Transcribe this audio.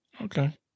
okay